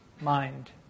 mind